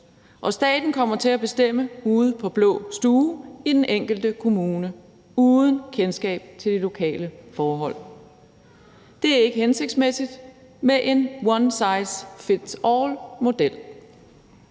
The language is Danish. staten kommer til at bestemme ude på blå stue i den enkelte kommune uden kendskab til de lokale forhold. Det er ikke hensigtsmæssigt med en one size fits all-model.